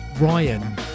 Ryan